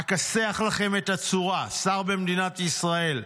אכסח לכם את הצורה, שר במדינת ישראל,